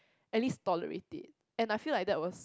at least tolerate it and I feel like that was